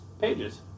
pages